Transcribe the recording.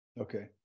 okay